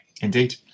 Indeed